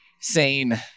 sane